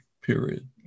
period